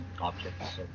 objects